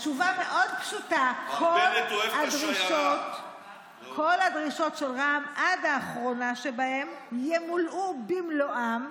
התשובה מאוד פשוטה: כל הדרישות של רע"מ עד האחרונה שבהן ימולאו במלואן,